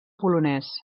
polonès